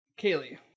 Kaylee